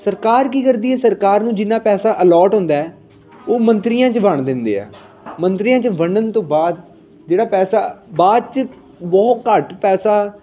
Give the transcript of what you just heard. ਸਰਕਾਰ ਕੀ ਕਰਦੀ ਹੈ ਸਰਕਾਰ ਨੂੰ ਜਿੰਨਾ ਪੈਸਾ ਅਲੋਟ ਹੁੰਦਾ ਹੈ ਉਹ ਮੰਤਰੀਆਂ 'ਚ ਵੰਡ ਦਿੰਦੇ ਆ ਮੰਤਰੀਆਂ 'ਚ ਵੰਡਣ ਤੋਂ ਬਾਅਦ ਜਿਹੜਾ ਪੈਸਾ ਬਾਅਦ 'ਚ ਬਹੁਤ ਘੱਟ ਪੈਸਾ